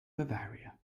bavaria